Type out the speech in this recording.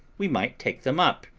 we might take them up,